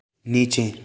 नीचे